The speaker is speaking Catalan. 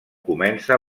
comença